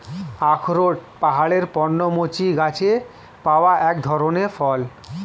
আখরোট পাহাড়ের পর্ণমোচী গাছে পাওয়া এক ধরনের ফল